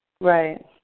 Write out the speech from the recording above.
Right